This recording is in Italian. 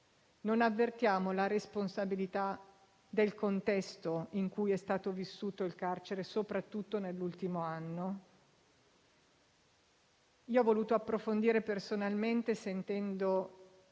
non avvertiamo la responsabilità del contesto in cui è stato vissuto il carcere, soprattutto nell'ultimo anno? Io ho voluto approfondire personalmente, sentendo